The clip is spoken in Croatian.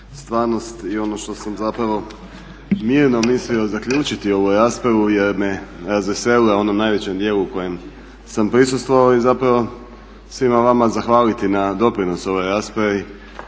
stvarnost i ono što sam zapravo mirno mislio zaključiti ovu raspravu jer me razveselilo ono u najvećem dijelu kojem sam prisustvovao i zapravo svima vama zahvaliti na doprinosu ovoj raspravi.